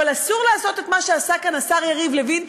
אבל אסור לעשות את מה שעשה כאן השר יריב לוין,